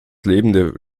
lebende